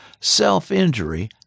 self-injury